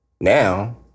Now